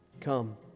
Come